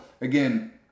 again